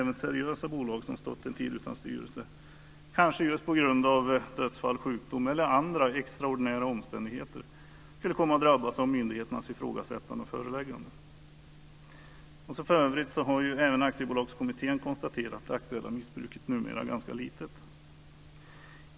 Även seriösa bolag som varit utan styrelse en tid kanske på grund av dödsfall, sjukdom eller andra extraordinära omständigheter skulle kunna drabbas av myndigheternas ifrågasättande och förelägganden. För övrigt har även aktiebolagskommittén konstaterat att det aktuella missbruket numera är ganska litet.